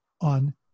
on